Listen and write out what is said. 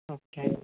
okay